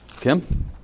Kim